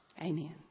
Amen